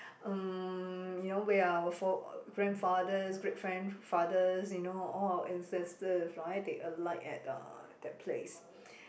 um you know where our fore~ grandfathers great friend fathers you know all our ancestor right they alight at uh that place